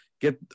get